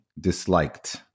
disliked